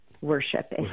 worship